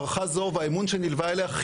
ההערכה הזו והאמון שנילווה אליה,